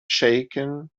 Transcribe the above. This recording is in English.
shaken